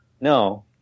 No